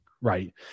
right